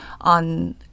on